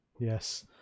Yes